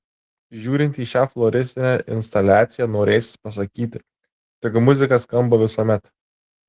žiūrint į šią floristinę instaliaciją norėsis pasakyti tegu muzika skamba visuomet